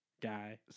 guy